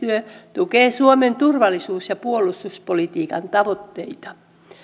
tukee suomen turvallisuus ja puolustuspolitiikan tavoitteita